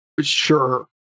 Sure